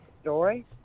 story